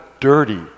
dirty